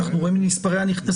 אנחנו רואים את המספרים הנכנסים,